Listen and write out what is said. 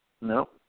No